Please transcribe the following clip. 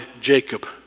Jacob